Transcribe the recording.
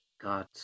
God